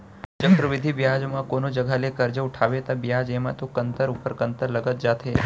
चक्रबृद्धि बियाज म कोनो जघा ले करजा उठाबे ता बियाज एमा तो कंतर ऊपर कंतर लगत जाथे